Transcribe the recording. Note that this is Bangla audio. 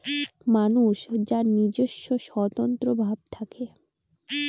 মানুষ যার নিজস্ব স্বতন্ত্র ভাব থাকে